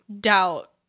doubt